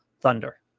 thunder